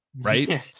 right